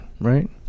Right